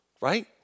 right